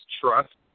Trust